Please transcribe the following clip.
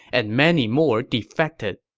and many more defected.